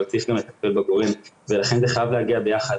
אבל צריך גם לטפל בגורם וזה חייב להגיע ביחד,